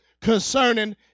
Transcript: concerning